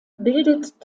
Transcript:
bildet